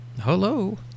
Hello